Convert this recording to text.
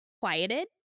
quieted